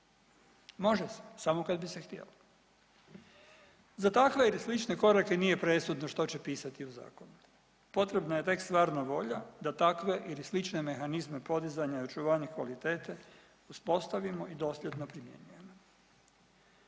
može se samo kad bi se htjelo. Za takve ili slične korake nije presudno što će pisati u zakonu, potrebna je tek stvarna volja da takve ili slične mehanizme podizanja i očuvanja kvalitete uspostavimo i dosljedno primjenjujemo.